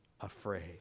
afraid